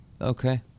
Okay